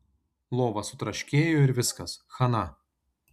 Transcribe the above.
lova sutraškėjo ir viskas chana